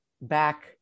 back